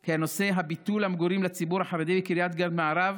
כי נושא ביטול המגורים לציבור החרדי בקריית גת מערב,